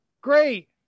Great